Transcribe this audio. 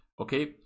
Okay